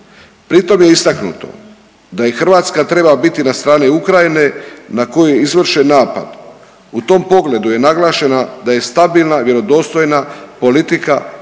Pritom je istaknuto da i Hrvatska treba biti na strani Ukrajine na koju je izvršen napad. U tom pogledu je naglašena da je stabilna, vjerodostojna politika te